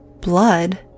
blood